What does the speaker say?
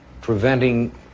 preventing